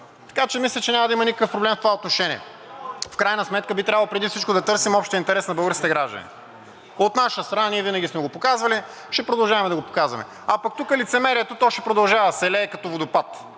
така че мисля, че няма да има никакъв проблем в това отношение. В крайна сметка би трябвало преди всичко да търсим общия интерес на българските граждани. От наша страна ние винаги сме го показвали, ще продължаваме да го показваме. А тук лицемерието, то ще продължава да се лее като водопад.